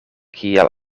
kiel